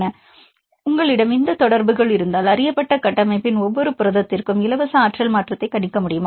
மாணவர் 1 இப்போது கேள்வி உங்களிடம் இந்த தொடர்புகள் இருந்தால் அறியப்பட்ட கட்டமைப்பின் எந்தவொரு புரதத்திற்கும் இலவச ஆற்றல் மாற்றத்தை கணிக்க முடியுமா